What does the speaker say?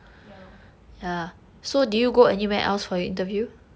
ya lor